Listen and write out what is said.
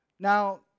Now